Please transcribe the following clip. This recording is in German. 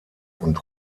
und